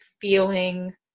feeling